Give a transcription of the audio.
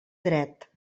dret